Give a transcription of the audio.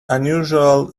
unusual